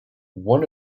one